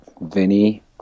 Vinny